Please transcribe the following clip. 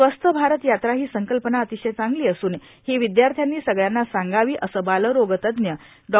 स्वस्थ भारत यात्रा ही संकल्पना अतिशय चांगली असून ही विद्याश्र्यांनी सगळ्याना सांगावी असं बालरोगतज्ञ डॉ